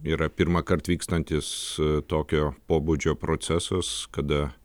yra pirmąkart vykstantis tokio pobūdžio procesus kada